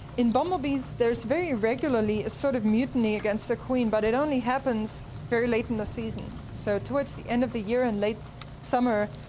in bumblebees there is very regularly a sort of mutiny against the queen but it only happens very late in the season. so towards the end of the year in late summer,